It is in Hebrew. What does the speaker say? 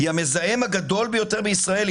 היא המזהם הגדול ביותר בישראל.